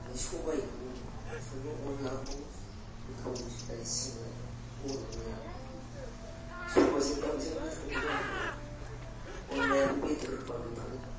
सबायखौ सङो अनद्लाखौ गोथावसिन आरो बर'निया सबायजों दाउजों गोथाव नङा होमब्ला अनद्लायाबो बेदर होब्ला गोथाव